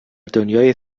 دنیای